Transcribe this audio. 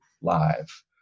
live